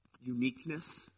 uniqueness